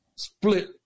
split